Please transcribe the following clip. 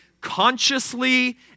consciously